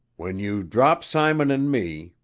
when you drop simon and me,